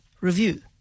review